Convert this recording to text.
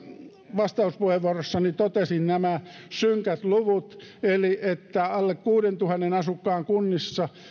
vastauspuheenvuorossani totesin nämä synkät luvut eli että alle kuuteentuhanteen asukkaan kunnissa